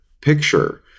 picture